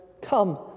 Come